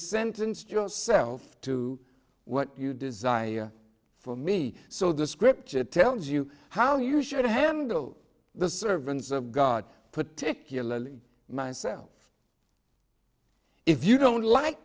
sentenced yourself to what you desire for me so the scripture tells you how you should handle the servants of god particularly myself if you don't like